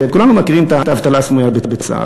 וכולנו מכירים את האבטלה הסמויה בצה"ל.